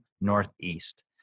Northeast